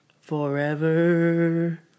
forever